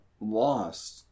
lost